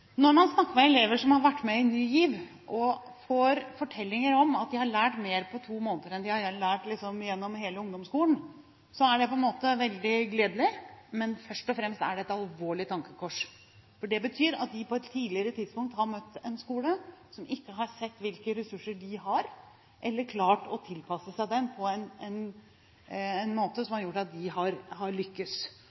Når man snakker med elever som har vært med i Ny GIV, og får fortellinger om at de har lært mer på to måneder enn de har lært gjennom hele ungdomsskolen, er det på en måte veldig gledelig, men først og fremst er det et alvorlig tankekors. Det betyr at de på et tidligere tidspunkt har møtt en skole som ikke har sett hvilke ressurser de har, eller klart å tilpasse seg dem på en måte som har gjort at de har